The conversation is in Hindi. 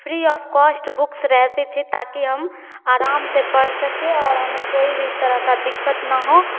फ्री ऑफ कॉस्ट बुक्स रहती थी ताकि हम आराम से पढ़ सकें और हमें कोई भी तरह की दिक्कत न हो